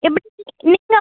எப்படி இன்னைக்கு நான் வந்து